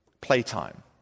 playtime